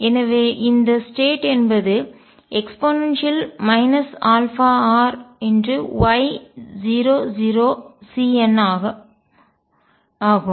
எனவே இந்த ஸ்டேட் நிலை என்பது e αr Y00Cn ஆகும்